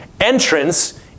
Entrance